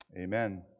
amen